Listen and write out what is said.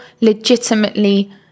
legitimately